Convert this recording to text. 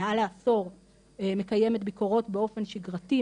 מעל לעשור מקיימת ביקורות באופן שגרתי,